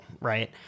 right